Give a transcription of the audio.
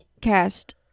cast